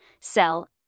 sell